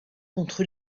contre